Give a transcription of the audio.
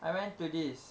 I went to this